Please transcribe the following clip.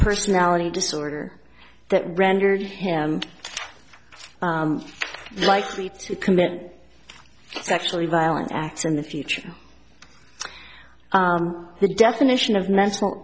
personality disorder that rendered him likely to commit actually violent acts in the future the definition of mental